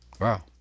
Wow